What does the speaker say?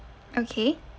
okay